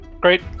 Great